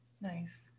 Nice